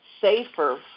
safer